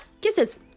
kisses